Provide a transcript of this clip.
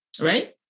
right